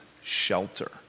shelter